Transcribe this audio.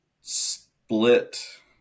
split